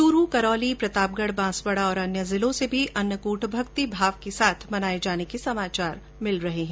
च्रूर करौली प्रतापगढ बांसवाड़ा अन्य जिलों से भी अन्नकूट भक्ति भाव के साथ मनाये जाने के समाचार मिल रहे हैं